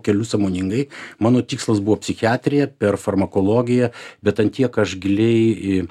keliu sąmoningai mano tikslas buvo psichiatrija per farmakologiją bet ant tiek aš giliai į